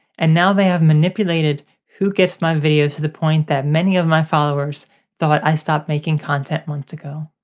and now they have manipulated who gets my videos to the point that many of my followers thought i stopped making content months ago.